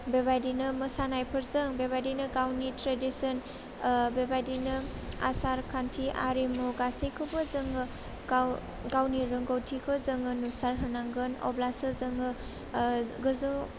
बेबायदिनो मोसानायफोरजों बेबायदिनो गावनि ट्रेडिसोन ओह बेबायदिनो आसारखान्थि आरिमु गासैखौबो जोङो गाव गावनि रोंगौथिखो जोङो नुसार होनांगोन अब्लासो जोङो ओह गोजौ